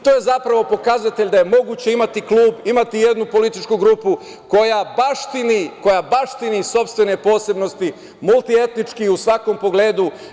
To je zapravo pokazatelj da je moguće imati klub, imati jednu političku grupu koja baštini sopstvene posebnosti multietnički i u svakom pogledu.